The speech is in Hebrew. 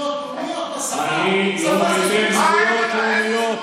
אני לא אתן זכויות לאומיות.